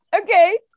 okay